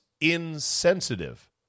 insensitive